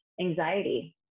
anxiety